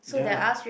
ya